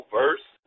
verse